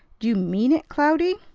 do you mean it, cloudy?